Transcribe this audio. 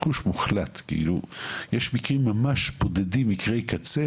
יש מקרי קצה,